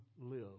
live